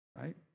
Right